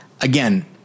again